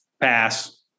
Pass